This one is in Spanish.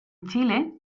chile